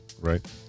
Right